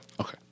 Okay